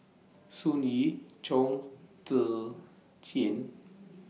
Sun Yee Chong Tze Chien